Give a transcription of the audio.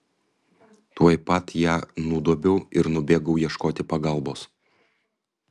tuoj pat ją nudobiau ir nubėgau ieškoti pagalbos